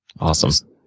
Awesome